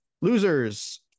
Losers